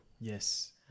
Yes